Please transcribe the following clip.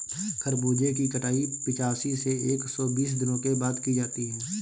खरबूजे की कटाई पिचासी से एक सो बीस दिनों के बाद की जाती है